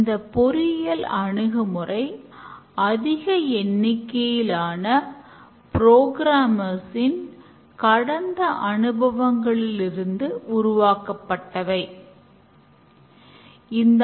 அவர்கள் பல துறைகளில் நிபுணத்துவம் பெற்றவர்கள் தர நிர்ணயம் செய்தல் கோடிங் பயனாளிகளின் திரை திட்டமிடல் டேட்டாபேஸ் மற்றும் பல